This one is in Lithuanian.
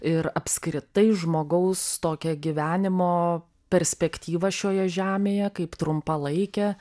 ir apskritai žmogaus tokią gyvenimo perspektyvą šioje žemėje kaip trumpalaikę